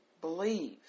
believe